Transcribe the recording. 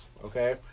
Okay